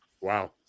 Wow